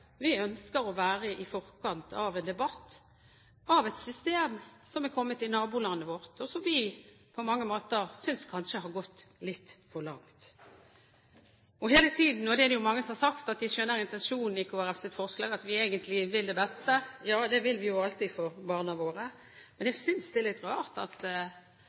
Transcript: Vi ønsker å være i forkant av en debatt om et system som er kommet i nabolandet vårt, og som vi på mange måter synes kanskje har gått litt for langt. Det er mange som har sagt at de skjønner intensjonen i Kristelig Folkepartis forslag, at vi egentlig vil det beste. Ja, det vil vi jo alltid for barna våre. Men jeg synes det er litt rart at